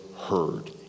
heard